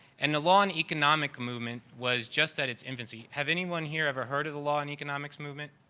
and the law in economics movement was just at its infancy. have anyone here ever heard of the law in economics movement?